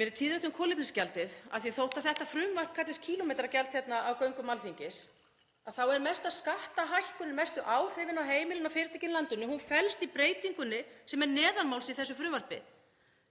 mér er tíðrætt um kolefnisgjaldið af því að þótt þetta frumvarp kallist kílómetragjald hérna á göngum Alþingis þá felst mesta skattahækkunin, mestu áhrifin á heimilin og fyrirtækin í landinu, í breytingunni sem er neðanmáls í þessu frumvarpi